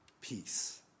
peace